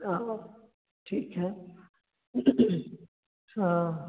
हाँ ठीक है हाँ